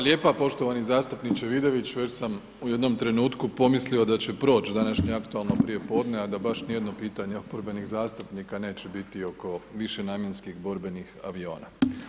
lijepa, poštovani zastupniče Vidović već sam u jednom trenutku pomislio da će proć današnje aktualno prijepodne a da baš ni jedno pitanje oporbenih zastupnika neće biti oko višenamjenskih borbenih aviona.